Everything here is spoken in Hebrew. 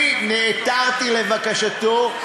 אני נעתרתי לבקשתו.